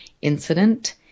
incident